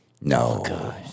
No